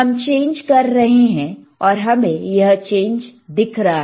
हम चेंज कर रहे हैं और हमें यह चेंज दिख रहा